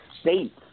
states